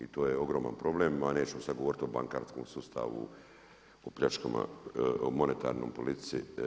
I to je ogroman problem, a nećemo sad govoriti o bankarskom sustavu, o pljačkama, o monetarnoj politici.